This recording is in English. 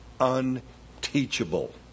unteachable